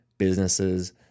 businesses